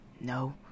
No